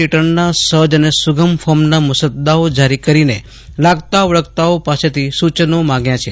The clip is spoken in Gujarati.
રિટર્નના સહજ અને સુગમ ફોર્મના મુસદ્દાઓ જારી કરીને લાગતા વળગતાઓ પાસેથી સૂચનો માગ્યા છે